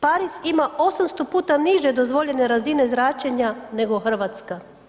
Pariz ima 800 puta niže dozvoljene razine zračenja nego Hrvatska.